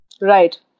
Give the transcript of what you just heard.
Right